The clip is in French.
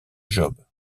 job